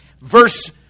verse